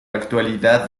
actualidad